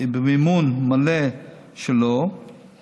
ובמימון מלא שלו,